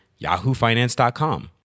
yahoofinance.com